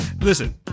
Listen